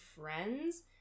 friends